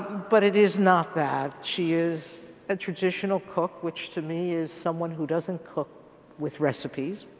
but it is not that, she is a traditional cook, which to me is someone who doesn't cook with recipes.